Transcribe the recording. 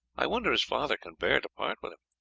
i wonder his father can bear to part with him.